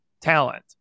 talent